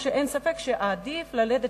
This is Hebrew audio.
אמר ל"ידיעות אחרונות" שאין ספק שעדיף ללדת